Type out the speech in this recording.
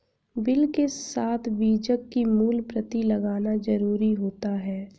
bill के साथ बीजक की मूल प्रति लगाना जरुरी होता है